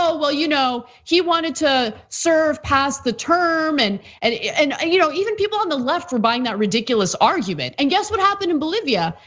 well, you know he wanted to serve pass the term, and and and you know even people on the left are buying that ridiculous argument. and guess what happened in bolivia,